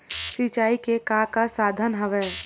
सिंचाई के का का साधन हवय?